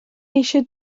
eisiau